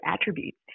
attributes